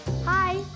Hi